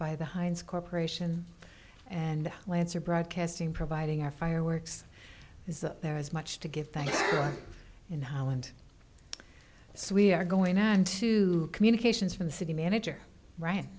by the heinz corporation and lancer broadcasting providing our fire works is that there is much to give thanks in holland so we are going on to communications from the city manager right